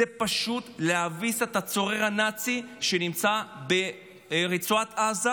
פשוט להביס את הצורר הנאצי שנמצא ברצועת עזה,